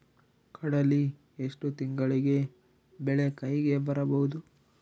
ಕಡಲಿ ಎಷ್ಟು ತಿಂಗಳಿಗೆ ಬೆಳೆ ಕೈಗೆ ಬರಬಹುದು?